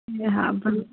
એ હા ભલે